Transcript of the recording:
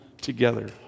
together